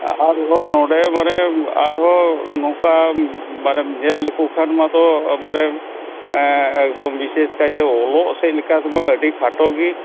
ᱟᱨᱦᱚᱸ ᱱᱚᱸᱰᱮ ᱢᱟᱱᱮ ᱟᱨᱦᱚᱸ ᱱᱚᱝᱠᱟ ᱢᱟᱱᱮᱢ ᱧᱮᱞ ᱞᱮᱠᱚ ᱠᱷᱟᱱ ᱢᱟᱛᱚ ᱢᱟᱱᱮ ᱮᱠᱫᱚᱢ ᱵᱤᱥᱮᱥ ᱠᱟᱭᱛᱮ ᱚᱞᱚᱜ ᱥᱮᱫ ᱞᱮᱠᱟ ᱛᱮᱢᱟ ᱟᱹᱰᱤ ᱠᱷᱟᱴᱚ ᱜᱮ